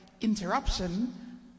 interruption